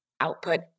output